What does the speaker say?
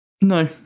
No